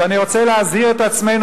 ואני רוצה להזהיר את עצמנו,